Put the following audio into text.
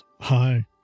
Hi